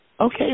Okay